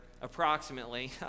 approximately